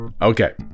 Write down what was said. Okay